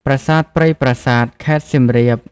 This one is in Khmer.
ប្រាសាទព្រៃប្រាសាទ ខេត្តសៀមរាប។